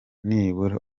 nibura